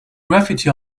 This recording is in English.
graffiti